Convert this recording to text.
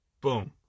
boom